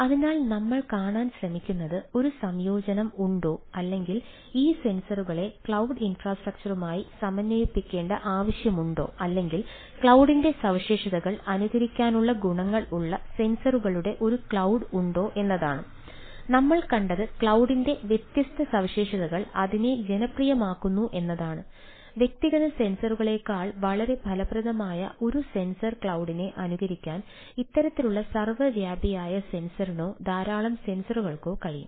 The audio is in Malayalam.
അതിനാൽ നമ്മൾ കാണാൻ ശ്രമിക്കുന്നത് ഒരു സംയോജനം ഉണ്ടോ അല്ലെങ്കിൽ ഈ സെൻസറുകളെ വളരെ ഫലപ്രദമായ ഒരു സെൻസർ ക്ലൌഡിനെ അനുകരിക്കാൻ ഇത്തരത്തിലുള്ള സർവ്വവ്യാപിയായ സെൻസറിനോ ധാരാളം സെൻസറുകൾക്കോ കഴിയും